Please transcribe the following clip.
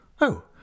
Oh